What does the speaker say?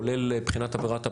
כולל בחינת עבירת ה"פרוטקשן"